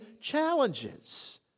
challenges